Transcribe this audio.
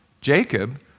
Jacob